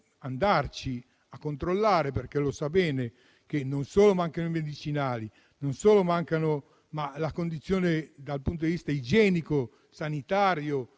andarci e controllare, perché sa bene che non solo mancano i medicinali, ma la condizione dal punto di vista igienico e sanitario